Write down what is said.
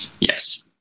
Yes